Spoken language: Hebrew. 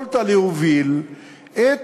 יכולת להוביל את